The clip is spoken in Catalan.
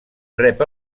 rep